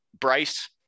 Bryce